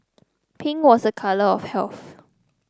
pink was a colour of health